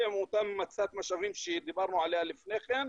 עם אותה ממצת משאבים שדיברנו עליה לפני כן,